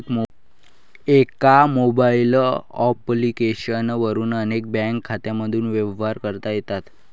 एका mobile application वरून अनेक बँक खात्यांमधून व्यवहार करता येतात